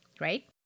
right